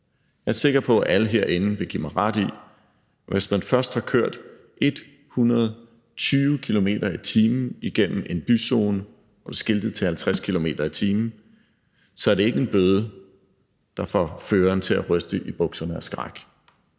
Jeg er sikker på, at alle herinde vil give mig ret i, at hvis man først har kørt 120 km/t. igennem en byzone, der er skiltet til 50 km/t., så er det ikke en bøde, der får føreren til at ryste i bukserne af skræk.